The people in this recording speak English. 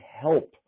help